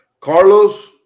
Carlos